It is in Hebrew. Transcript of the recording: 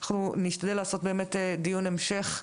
אנחנו נשתדל לעשות דיון המשך.